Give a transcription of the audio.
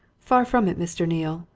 far from it, mr. neale,